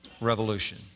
revolution